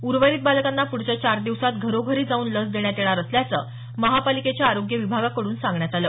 उर्वरित बालकांना प्ढच्या चार दिवसांत घरोघरी जाऊन लस देण्यात येणार असल्याचं महापालिकेच्या आरोग्य विभागाकड्रन सांगण्यात आलं